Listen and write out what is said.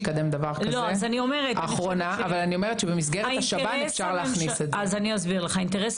הנתונים הנוספים הוא פיחות ב-14% בסיבוכים